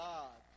God